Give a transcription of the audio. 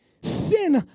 Sin